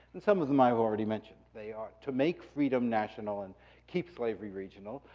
and some of them i've already mentioned. they are to make freedom national and keep slavery regional,